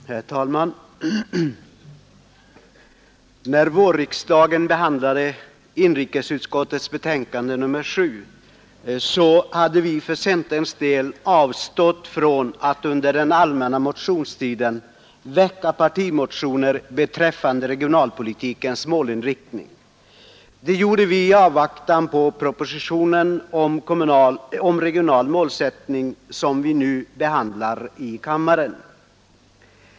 Herr talman! När vårriksdagen behandlade inrikesutskottets betänkande nr 7, så hade vi för centerns del avstått från att under den allmänna motionstiden väcka partimotioner beträffande regionalpolitikens målinriktning. Det gjorde vi i avvaktan på propositionen om regional målsättning, som vi nu behandlar i kammaren.